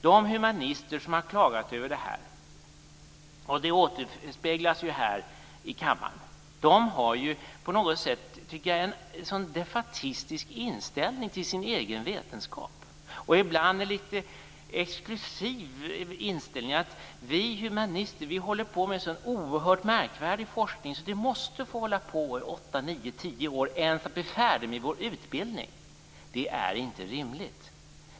De humanister som klagat över det här - vilket har återspeglats i denna kammare - tycker jag på något sätt har en defaitistisk inställning till sin egen vetenskap. Ibland har man en något exklusiv inställning och menar: Vi humanister håller på med en så oerhört märkvärdig forskning att vi måste få hålla på i åtta, nio eller tio år för att åtminstone bli färdiga med vår utbildning. Detta är inte rimligt.